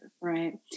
right